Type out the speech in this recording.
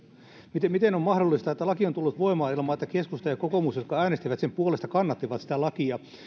miten miten on mahdollista että laki on tullut voimaan ilman että keskusta ja kokoomus jotka äänestivät sen puolesta kannattivat sitä lakia